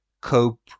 cope